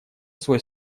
свой